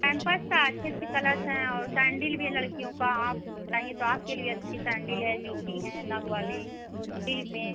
campus का अच्छे अच्छे कलर्स हैं और सैन्डल भी है लड़कियों का आप चाहिए तो आपके लिए अच्छी सैन्डल है जूती है नग वाली हील में